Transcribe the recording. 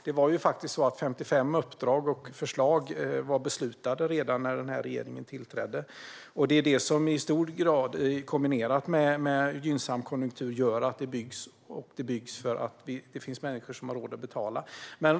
Det var ju faktiskt så att 55 uppdrag och förslag var beslutade redan när den nuvarande regeringen tillträdde. Det är i hög grad detta, i kombination med en gynnsam konjunktur, som gör att det byggs, och det byggs för att det finns människor som har råd att betala.